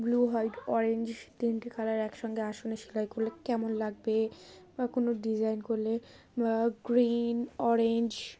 blue white orange তিনটি colour একসঙ্গে আসনে সেলাই করলে কেমন লাগবে বা কোনো ডিজাইন করলে বা গ্রিন অরেঞ্জ